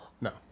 No